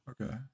Okay